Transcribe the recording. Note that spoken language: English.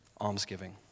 almsgiving